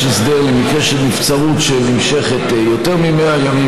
יש הסדר למקרה של נבצרות שנמשכת יותר מ-100 ימים,